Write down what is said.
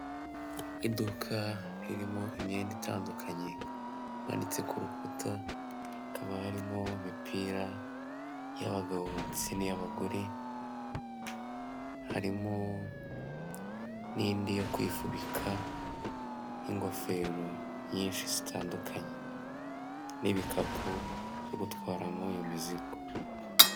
Iduka ririmo imyenda itandukanye imanitse ku rukuta, hakaba harimo imipira y'abagabo ndetse n'iy'abagore, harimo n'indi yo kwifubika n'ingofero nyinshi zitandukanye n'ibikapu byo gutwaramo iyo mizigo.